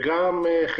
בנוסף,